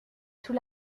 sous